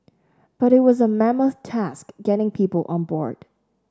but it was a mammoth task getting people on board